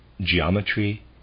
Geometry